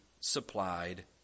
supplied